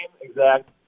exact